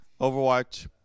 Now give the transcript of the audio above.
Overwatch